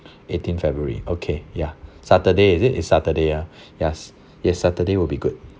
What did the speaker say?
eighteenth february okay ya saturday is it it's saturday ah yes yes saturday will be good